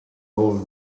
old